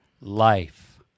life